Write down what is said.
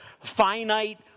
finite